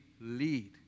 lead